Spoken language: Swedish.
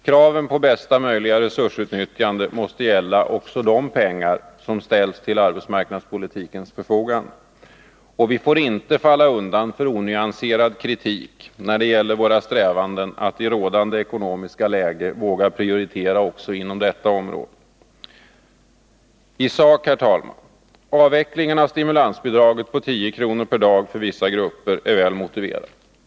Kravet på bästa möjliga resursutnyttjande måste gälla också de pengar som ställs till arbetsmarknadspolitikens förfogande, och vi får inte falla undan för onyanserad kritik när det gäller våra strävanden att i rådande ekonomiska läge våga prioritera också inom detta område. Isak, herr talman, vill jag säga att avvecklingen av stimulansbidraget på 10 kr. per dag för vissa grupper är väl motiverad.